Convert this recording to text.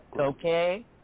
Okay